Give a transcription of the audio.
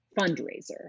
fundraiser